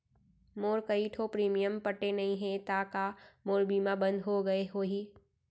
मोर कई ठो प्रीमियम पटे नई हे ता का मोर बीमा बंद हो गए होही?